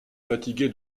fatigué